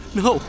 no